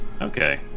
Okay